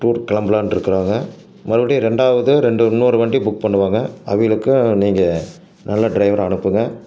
tour கிளம்புலான்னு இருக்குறாங்க மறுபடியும் ரெண்டாவது ரெண்டு இன்னொரு வண்டி புக் பண்ணுவாங்க அவிங்களுக்கும் நீங்க நல்ல டிரைவராக அனுப்புங்க